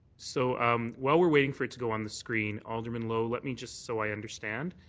so um while we're waiting for it to go on the screen, alderman lowe, let me just, so i understand,